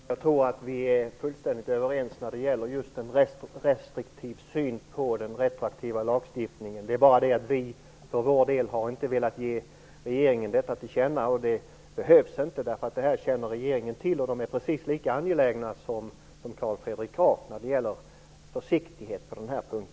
Herr talman! Jag tror att vi är fullständigt överens just när det gäller en restriktiv syn på den retroaktiva lagstiftningen. Det är bara det att vi för vår del inte har velat ge regeringen detta till känna. Det behövs inte. Regeringen känner till detta. Den är precis lika angelägen som Carl Fredrik Graf när det gäller försiktighet på denna punkt.